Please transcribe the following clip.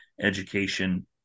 education